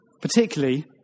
Particularly